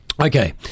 Okay